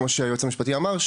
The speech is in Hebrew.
כמו שהיועץ המשפטי אמר,